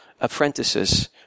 apprentices